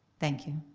thank you.